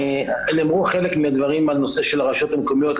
נאמרו חלק מהדברים על הנושא של הרשויות המקומיות,